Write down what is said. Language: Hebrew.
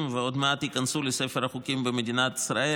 ועוד מעט ייכנסו לספר החוקים במדינת ישראל,